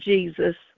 Jesus